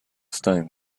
stone